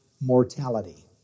mortality